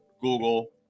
Google